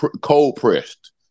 cold-pressed